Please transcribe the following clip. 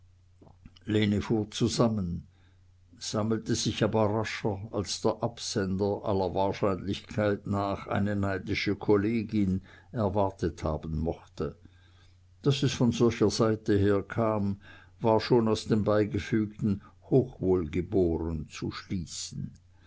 lene fuhr zusammen sammelte sich aber rascher als der absender aller wahrscheinlichkeit nach eine neidische kollegin erwartet haben mochte daß es von solcher seite her kam war schon aus dem beigefügten hochwohlgeboren zu schließen